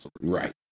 Right